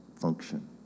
function